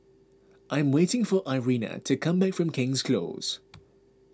I'm waiting for Irena to come back from King's Close